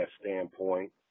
standpoint